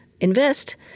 invest